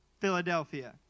Philadelphia